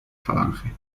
falange